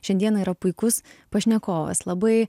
šiandieną yra puikus pašnekovas labai